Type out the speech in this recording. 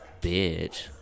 bitch